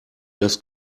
das